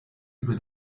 über